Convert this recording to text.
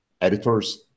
editors